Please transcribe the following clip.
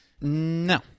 No